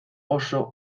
oso